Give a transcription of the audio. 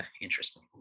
interesting